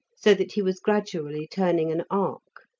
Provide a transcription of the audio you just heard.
so that he was gradually turning an arc.